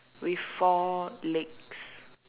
with four legs